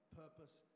purpose